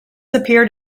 appeared